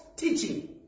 teaching